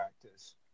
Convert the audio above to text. practice